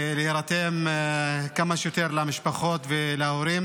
ולהירתם למען כמה שיותר משפחות והורים,